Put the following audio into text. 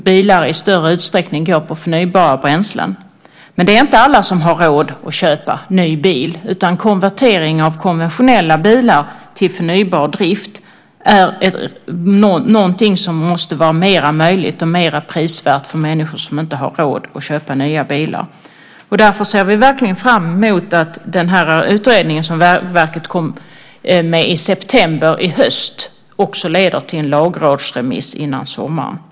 Bilar går i större utsträckning på förnybara bränslen. Men det är inte alla som har råd att köpa ny bil, utan konvertering av konventionella bilar till förnybar drift är någonting som måste vara mer möjligt och mer prisvärt för människor som inte har råd att köpa nya bilar. Därför ser vi verkligen fram emot att den utredning som Vägverket kommer med i september i höst också leder till en lagrådsremiss före sommaren.